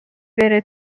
بره